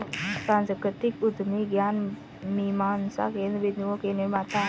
सांस्कृतिक उद्यमी ज्ञान मीमांसा केन्द्र बिन्दुओं के निर्माता हैं